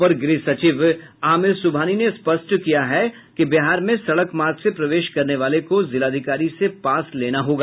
अपर गृह सचिव आमिर सुबहानी ने स्पष्ट किया है बिहार में सड़क मार्ग से प्रवेश करने वाले को जिलाधिकारी से पास लेना होगा